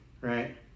right